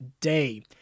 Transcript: day